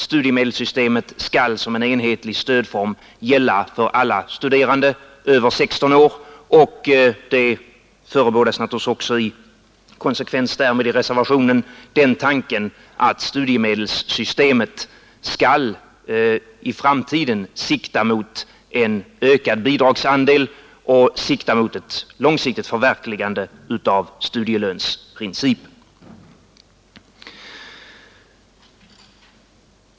Studiemedelssystemet skall gälla som en enhetlig stödform för alla studerande över 16 år. I konsekvens därmed förebådas i reservationen naturligtvis också att studiemedelssystemet skall sikta mot en ökad bidragsandel i framtiden och mot ett långsiktigt förverkligande av studielönsprincipen.